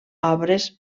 obres